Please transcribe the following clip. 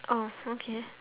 oh okay